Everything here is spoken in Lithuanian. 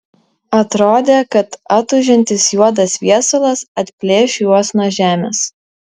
atrodė kad atūžiantis juodas viesulas atplėš juos nuo žemės